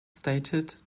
stated